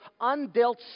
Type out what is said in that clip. undealt